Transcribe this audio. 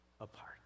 apart